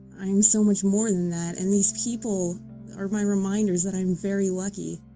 i am so much more than that and these people are my reminders that i am very lucky.